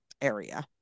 area